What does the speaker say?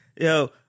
Yo